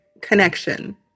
connection